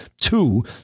two